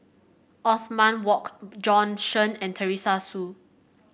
Othman Wok Bjorn Shen and Teresa Hsu